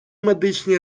медичній